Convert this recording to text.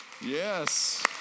Yes